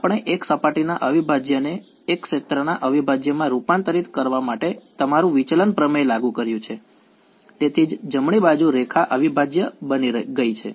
આપણે એક સપાટીના અવિભાજ્યને એક ક્ષેત્રના અવિભાજ્યમાં રૂપાંતરિત કરવા માટે તમારું વિચલન પ્રમેય લાગુ કર્યું છે તેથી જ જમણી બાજુ રેખા અવિભાજ્ય બની ગઈ છે